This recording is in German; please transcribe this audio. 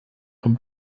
vom